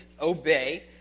obey